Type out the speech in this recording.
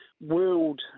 world